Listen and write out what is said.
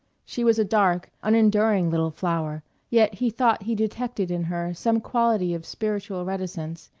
she was a dark, unenduring little flower yet he thought he detected in her some quality of spiritual reticence,